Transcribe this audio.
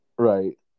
Right